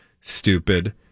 stupid